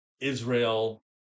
Israel